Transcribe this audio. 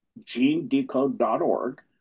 genedecode.org